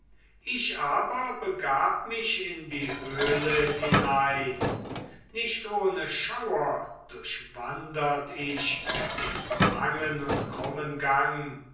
ich aber begab mich in die höhle hinein nicht ohne schauer durchwandert ich den langen und krummen gang